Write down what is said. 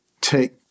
take